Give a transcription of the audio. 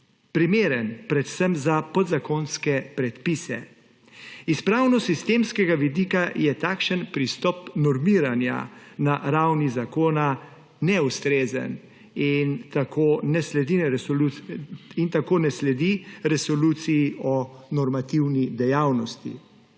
primeren predvsem za podzakonske predpise. S pravnosistemskega vidika je takšen pristop normiranja na ravni zakona neustrezen in tako ne sledi Resoluciji o normativni dejavnosti.